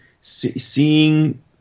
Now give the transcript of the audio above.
seeing